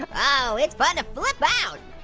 oh, it's fun to flip out!